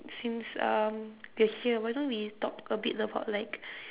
since um we're here why don't we talk a bit about like